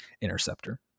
interceptor